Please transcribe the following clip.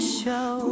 show